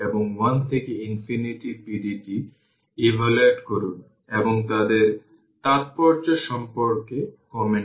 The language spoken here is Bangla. এখানে প্রথমে এই সার্কিটটি দেওয়া হয়েছে এবং পোলারিটি এর দিকে তাকান